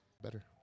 better